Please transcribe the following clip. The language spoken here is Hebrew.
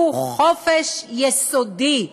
שהוא חופש יסודי,